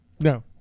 No